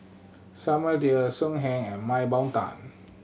Samuel Dyer So Heng and Mah Bow Tan